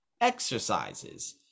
exercises